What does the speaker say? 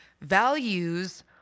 values